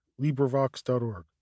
librivox.org